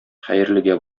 хәерлегә